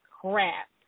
crap